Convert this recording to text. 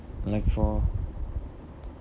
like for